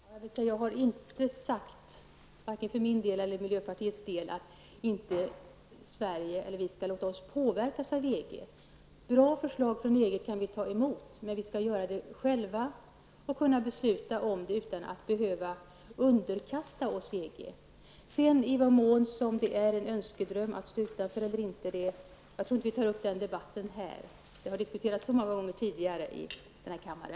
Herr talman! Jag har inte sagt vare sig för min egen eller för miljöpartiets del att vi i Sverige inte skall låta oss påverkas av EG. Bra förslag från EG kan vi ta emot, men vi skall göra det själva och kunna besluta om det utan att behöva underkasta oss EG. Debatten om i vilken mån det är en önskedröm eller inte att stå utanför tror jag inte att vi skall ta upp nu. Detta har diskuterats så många gånger tidigare i denna kammare.